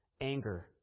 anger